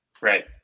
Right